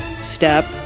step